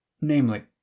Namely